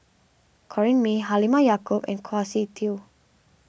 Corrinne May Halimah Yacob and Kwa Siew Tee